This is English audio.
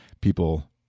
people